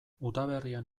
udaberrian